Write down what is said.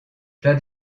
plein